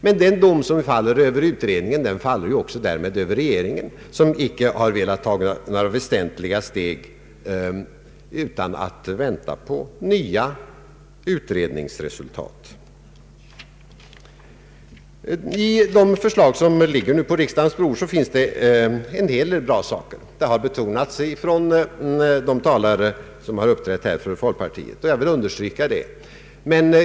Men den dom som faller över utredningen faller därmed också över regeringen, som icke har velat ta några väsentliga steg utan att vänta på nya utredningsresultat. I det förslag som nu ligger på riksdagens bord finns det en del bra saker. Det har betonats av de talare från folkpartiet som har uppträtt här.